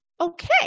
okay